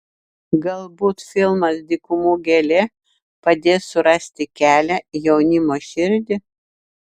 galbūt filmas dykumų gėlė padės surasti kelią į jaunimo širdį